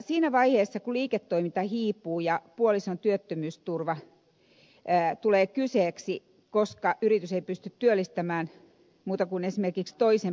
siinä vaiheessa kun liiketoiminta hiipuu tulee kyseeseen puolison työttömyysturva koska yritys ei pysty työllistämään kuin esimerkiksi toisen puolisoista